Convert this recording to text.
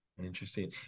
interesting